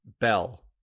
Bell